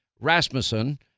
Rasmussen